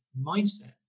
mindset